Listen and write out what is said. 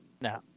No